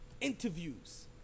Interviews